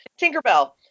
Tinkerbell